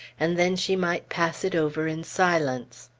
and then she might pass it over in silence.